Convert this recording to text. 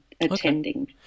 attending